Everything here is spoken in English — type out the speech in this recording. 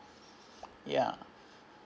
ya